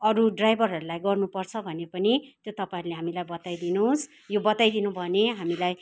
अरू ड्राइभरहरलाई गर्नुपर्छ भने पनि त्यो तपाईँहरूले हामीलाई बताइदिनुस् यो बताइदिनु भयो भने हामीलाई